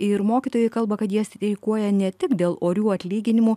ir mokytojai kalba kad jie streikuoja ne tik dėl orių atlyginimų